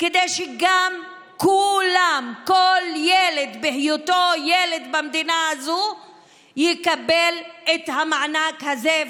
כדי שכל ילד בהיותו ילד במדינה הזו יקבל את המענק הזה,